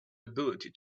ability